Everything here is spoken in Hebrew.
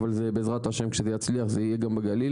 אבל בעזרת ה' כשזה יצליח זה יהיה גם בגליל.